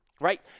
right